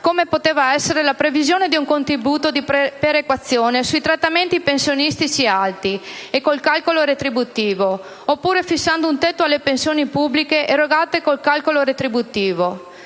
come poteva essere la previsione di un contributo di perequazione sui trattamenti pensionistici alti e col calcolo retributivo, oppure fissando un tetto alle pensioni pubbliche erogate col calcolo retributivo,